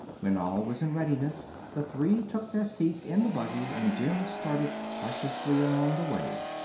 when all was in readiness the three took their seats in the buggy and jim started cautiously along the way,